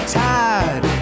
tired